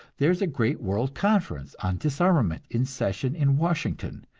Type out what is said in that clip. there is a great world conference on disarmament in session in washington,